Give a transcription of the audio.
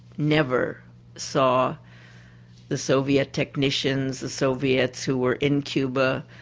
never saw the soviet technicians, the soviets who were in cuba,